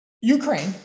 Ukraine